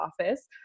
office